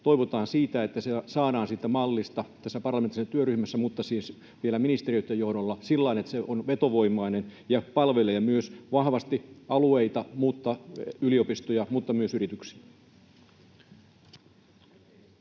Toivotaan, että se saadaan siitä mallista tässä parlamentissa työryhmässä, siis vielä ministeriöitten johdolla, sillä lailla, että se on vetovoimainen ja palvelee vahvasti myös alueita — yliopistoja mutta myös yrityksiä.